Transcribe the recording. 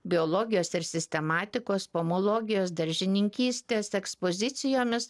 biologijos ir sistematikos pomologijos daržininkystės ekspozicijomis